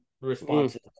responses